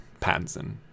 Pattinson